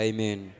Amen